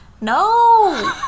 no